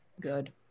Good